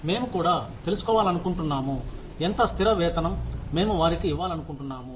మేము కూడా తెలుసుకోవాలనునుకుంటున్నాము ఎంత స్థిర వేతనం మేము వారికి ఇవ్వాలనుకుంటున్నాము